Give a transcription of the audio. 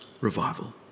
Revival